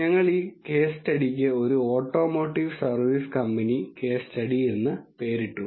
ഞങ്ങൾ ഈ കേസ് സ്റ്റഡിക്ക് ഒരു automotive service company case study എന്ന് പേരിട്ടു